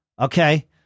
Okay